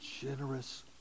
generous